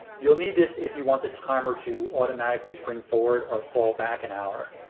you'll need this if you want the timer to automatically spring forward or fall back an hour.